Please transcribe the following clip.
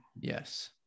Yes